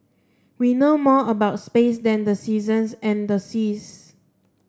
we know more about space than the seasons and the seas